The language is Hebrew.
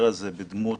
בדמות